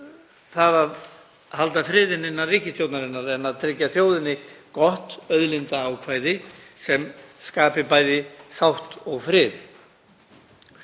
um að halda friðinn innan ríkisstjórnarinnar en að tryggja þjóðinni gott auðlindaákvæði sem skapi bæði sátt og frið.